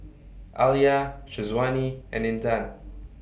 Alya Syazwani and Intan